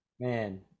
Man